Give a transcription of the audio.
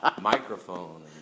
microphone